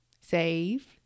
Save